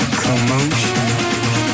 commotion